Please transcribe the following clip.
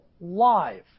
live